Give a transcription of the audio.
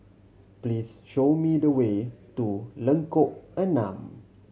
please show me the way to Lengkok Enam